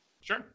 Sure